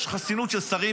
יש חסינות של שרים.